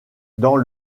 dans